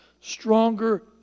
stronger